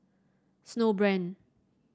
Snowbrand